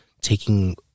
taking